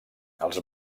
els